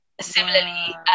similarly